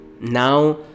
Now